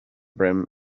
brim